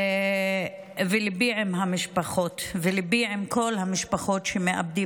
ליבי עם המשפחות וליבי עם כל המשפחות שמאבדות